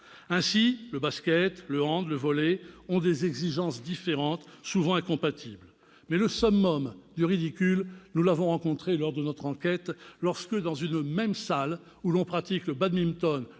Ainsi, le basket-ball, le handball et le volley-ball ont des exigences différentes et souvent incompatibles, mais le summum du ridicule, nous l'avons rencontré, lors de notre enquête, lorsque, dans une même salle où l'on pratique le badminton,